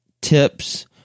tips